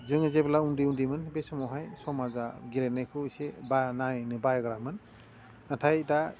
जोङो जेब्ला उन्दै उन्दैमोन बे समावहाय समाजा गेलेनायखौ एसे बा नायनो बायग्रामोन नाथाय दा